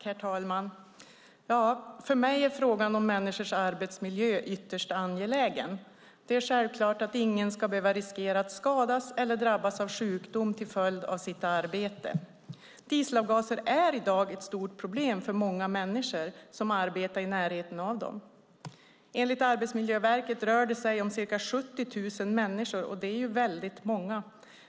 Herr talman! För mig är frågan om människors arbetsmiljö ytterst angelägen. Det är självklart att ingen ska behöva riskera att skadas eller att drabbas av sjukdom till följd av sitt arbete. Dieselavgaser är i dag ett stort problem för många människor som arbetar i närheten av dem. Enligt Arbetsmiljöverket rör det sig om ca 70 000 människor, och det är väldigt många.